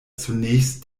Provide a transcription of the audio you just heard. zunächst